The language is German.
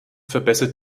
verbessert